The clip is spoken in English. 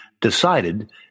decided